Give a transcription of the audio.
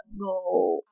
go